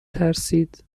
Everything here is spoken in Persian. ترسید